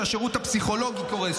שהשירות הפסיכולוגי בה קורס,